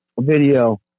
video